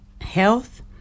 health